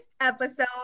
episode